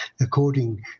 according